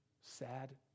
sad